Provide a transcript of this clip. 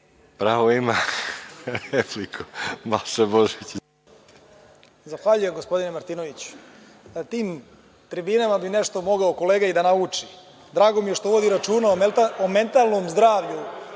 Pravo na repliku